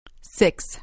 Six